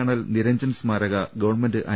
colonel Niranjan സ്മാരക government I